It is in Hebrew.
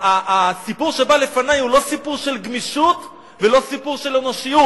הסיפור שבא לפני הוא לא סיפור של גמישות ולא סיפור של אנושיות.